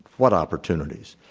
what opportunities?